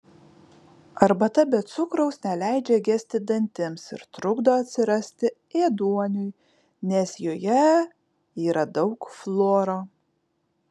arbata be cukraus neleidžia gesti dantims ir trukdo atsirasti ėduoniui nes joje yra daug fluoro